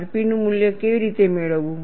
rpનું મૂલ્ય કેવી રીતે મેળવવું